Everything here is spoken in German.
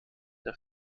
der